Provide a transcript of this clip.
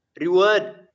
reward